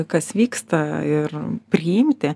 kas vyksta ir priimti